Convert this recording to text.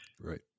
Right